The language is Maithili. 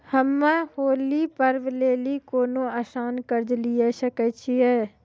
हम्मय होली पर्व लेली कोनो आसान कर्ज लिये सकय छियै?